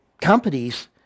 companies